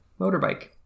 motorbike